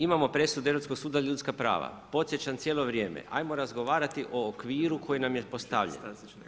Imamo presudu Europskog suda za ljudska prava, podsjećam cijelo vrijeme, ajmo razgovarati o okviru koji nam je postavljen.